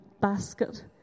basket